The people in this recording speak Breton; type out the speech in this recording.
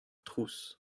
trouz